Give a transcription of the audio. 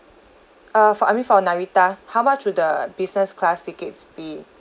uh for I mean for narita how much would the business class tickets be